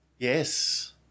Yes